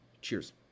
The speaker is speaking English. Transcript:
Cheers